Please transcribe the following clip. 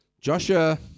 Joshua